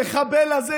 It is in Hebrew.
המחבל הזה,